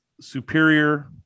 superior